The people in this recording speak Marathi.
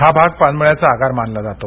हा भाग पानमळ्याचे आगार मानला जातो